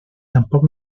tampoc